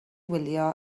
wylio